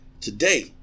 Today